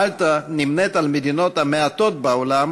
מלטה נמנית עם המדינות המעטות בעולם